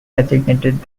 designated